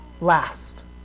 last